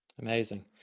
Amazing